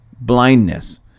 blindness